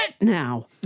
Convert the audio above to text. now